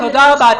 את